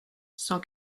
cent